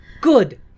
Good